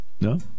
No